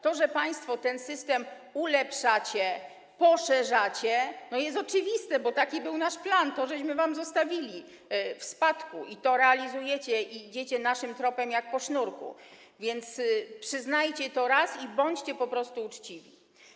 To, że państwo ten system ulepszacie, poszerzacie, jest oczywiste, bo taki był nasz plan, to wam zostawiliśmy w spadku i to realizujecie i idziecie naszym tropem jak po sznurku, więc przyznajcie to raz i bądźcie po prostu uczciwi.